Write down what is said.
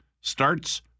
starts